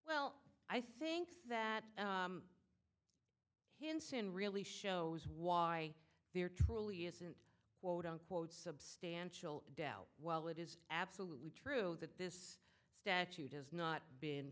well i think that hinson really shows why they are truly isn't quote unquote substantial doubt while it is absolutely true that this statute has not been